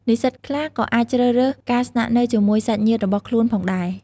និស្សិតខ្លះក៏អាចជ្រើសរើសការស្នាក់នៅជាមួយសាច់ញាតិរបស់ខ្លួនផងដែរ។